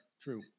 true